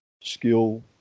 skill